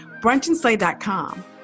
brunchandslay.com